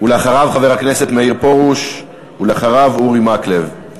אחריו, חבר הכנסת מאיר פרוש, ואחריו, אורי מקלב.